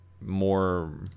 more